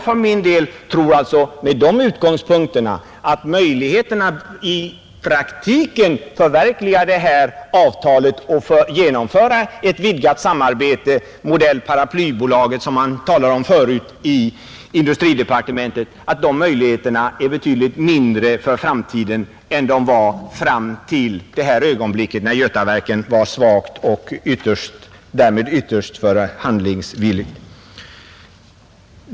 Från dessa utgångspunkter tror jag att möjligheterna att i praktiken förverkliga avtalet och genomföra ett vidgat samarbete, modell ”paraplybolaget”, som man talat om förut i industridepartementet, är betydligt mindre för framtiden än de var i det ögonblicket när Götaverken var svagt och därmed ytterst förhandlingsvilligt.